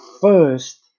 first